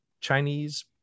chinese